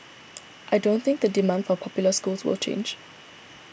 I don't think the demand for popular schools will change